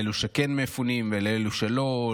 לאלו שכן מפונים ולאלו שלא,